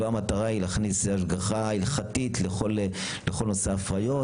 המטרה היא לא להכניס השגחה הלכתית לכל נושא ההפריות